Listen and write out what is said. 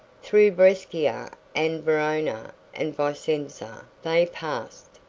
through brescia and verona and vicenza they passed,